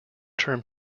term